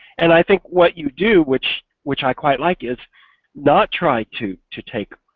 and i think what you do, which which i quite like, is not try to to take